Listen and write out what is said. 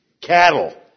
cattle